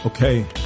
Okay